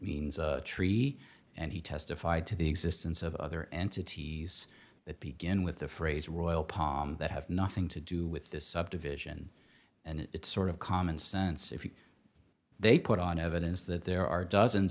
means a tree and he testified to the existence of other entities that begin with the phrase royal palm that have nothing to do with this subdivision and it's sort of common sense if they put on evidence that there are dozens